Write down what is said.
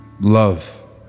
Love